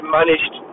managed